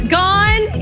gone